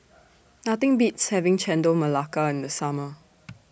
Nothing Beats having Chendol Melaka in The Summer